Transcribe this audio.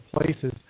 places